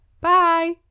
Bye